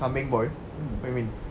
kambing boy what you mean